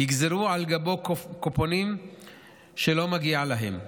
יגזרו על גבם קופונים שלא מגיעים להם.